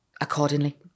accordingly